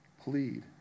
Plead